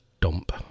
dump